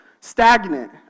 Stagnant